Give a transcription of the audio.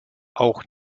auch